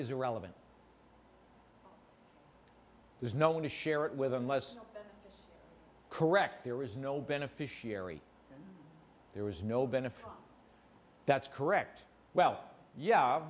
irrelevant there's no one to share it with unless correct there is no beneficiary there was no benefit that's correct well yeah